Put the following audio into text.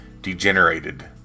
Degenerated